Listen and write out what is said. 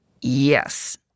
Yes